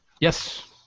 Yes